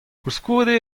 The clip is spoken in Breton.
koulskoude